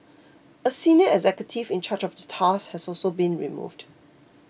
a senior executive in charge of the task has also been removed